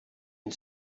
and